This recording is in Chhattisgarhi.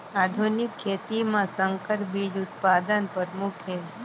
आधुनिक खेती म संकर बीज उत्पादन प्रमुख हे